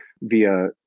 via